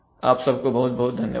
आप सबको बहुत बहुत धन्यवाद